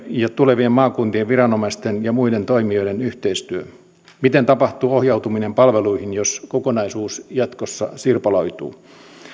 ja tulevien maakuntien viranomaisten ja muiden toimijoiden yhteistyö miten tapahtuu ohjautuminen palveluihin jos kokonaisuus jatkossa sirpaloituu